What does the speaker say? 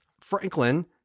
Franklin